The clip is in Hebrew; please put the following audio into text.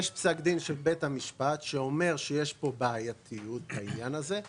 יש פסק דין של בית המשפט שאומר שיש בעייתיות בעניין הזה.